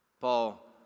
Paul